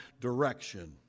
direction